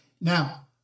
Now